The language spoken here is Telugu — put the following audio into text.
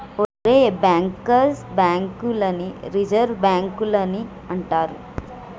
ఒరేయ్ బ్యాంకర్స్ బాంక్ లని రిజర్వ్ బాంకులని అంటారు